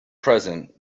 present